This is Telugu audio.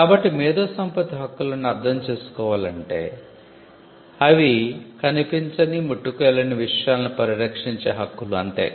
కాబట్టి మేధో సంపత్తి హక్కులను అర్థం చేసుకోవాలంటే అవి కనిపించని విషయాలనుముట్టుకోలేని విషయాలను పరి రక్షించే హక్కులు అంతే